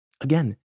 Again